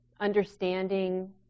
understanding